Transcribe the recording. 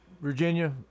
Virginia